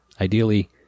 Ideally